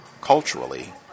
culturally